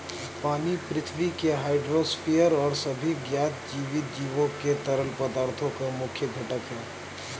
पानी पृथ्वी के हाइड्रोस्फीयर और सभी ज्ञात जीवित जीवों के तरल पदार्थों का मुख्य घटक है